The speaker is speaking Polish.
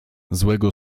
złego